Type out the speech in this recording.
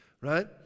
right